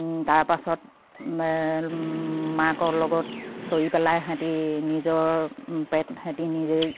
তাৰপাছত মাকৰ লগত চৰি পেলাই সেহঁতি নিজৰ নিজেই